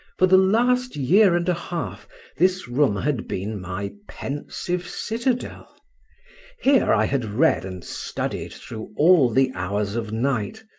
for the last year and a half this room had been my pensive citadel here i had read and studied through all the hours of night,